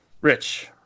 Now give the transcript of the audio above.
Rich